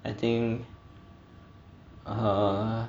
I think err